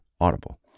Audible